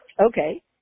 Okay